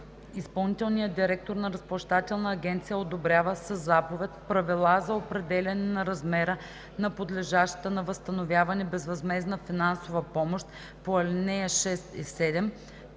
Изпълнителният директор на Разплащателната агенция одобрява със заповед правила за определяне на размера на подлежащата на възстановяване безвъзмездна финансова помощ по ал. 6 и 7,